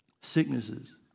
sicknesses